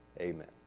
Amen